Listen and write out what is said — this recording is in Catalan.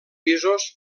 pisos